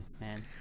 man